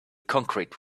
concrete